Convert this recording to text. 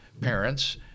parents